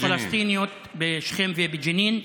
פלסטיניות בשכם ובג'נין.